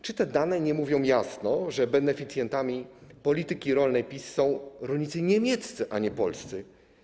Czy te dane nie mówią jasno, że beneficjentami polityki rolnej PiS są rolnicy niemieccy, a nie polscy?